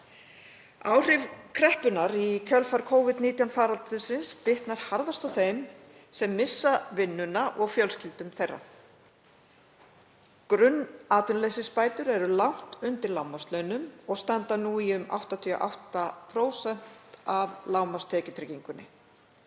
Áhrif kreppunnar í kjölfar Covid-19 faraldursins bitna harðast á þeim sem missa vinnuna og fjölskyldum þeirra. Grunnatvinnuleysisbætur eru langt undir lágmarkslaunum og standa nú í um 88% af lágmarkstekjutryggingu.